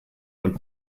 und